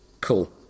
Cool